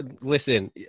Listen